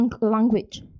language